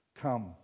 Come